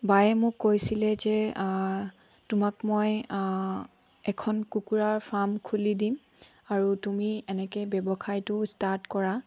বায়ে মোক কৈছিলে যে তোমাক মই এখন কুকুৰাৰ ফাৰ্ম খুলি দিম আৰু তুমি এনেকে ব্যৱসায়টো ষ্টাৰ্ট কৰা